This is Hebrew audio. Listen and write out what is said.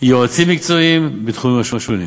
יועצים מקצועיים בתחומים השונים.